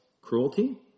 cruelty